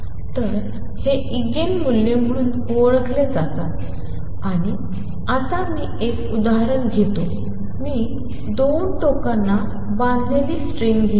तर हे इगेन मूल्ये म्हणून ओळखले जातात आणि आता मी एक उदाहरण घेतो मी 2 टोकांना बांधलेली स्ट्रिंग घेईन